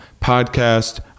podcast